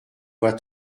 voix